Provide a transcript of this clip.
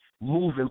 moving